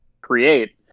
create